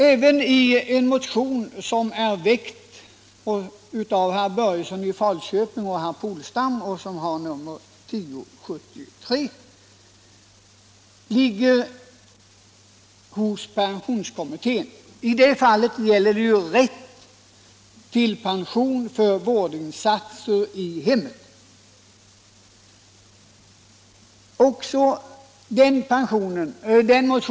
Även en motion som har nummer 1973 och som är väckt av herrar Börjesson i Falköping och Polstam ligger hos pensionskommittén. I det fallet gäller frågan rätt till efterlevandeskydd grundat på utförda arbetsinsatser i hemmet.